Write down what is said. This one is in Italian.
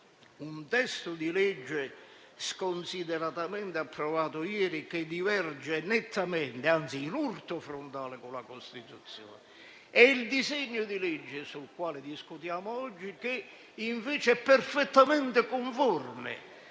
un testo di legge sconsideratamente approvato ieri, che diverge nettamente ed è, anzi, in urto frontale con la Costituzione, e il disegno di legge sul quale discutiamo oggi, che è invece perfettamente conforme,